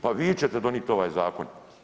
Pa vi ćete donijeti ovaj zakon.